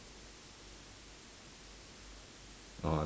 orh